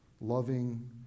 loving